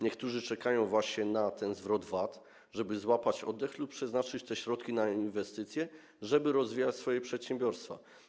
Niektórzy czekają właśnie na ten zwrot VAT, żeby złapać oddech lub przeznaczyć te środki na inwestycje, żeby rozwijać swoje przedsiębiorstwa.